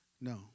no